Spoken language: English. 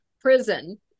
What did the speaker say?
prison